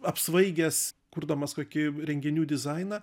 apsvaigęs kurdamas kokį renginių dizainą